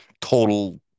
total